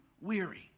weary